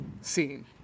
scene